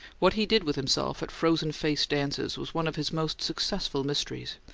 what he did with himself at frozen-face dances was one of his most successful mysteries,